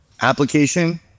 application